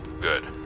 Good